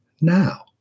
now